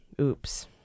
Oops